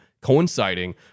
coinciding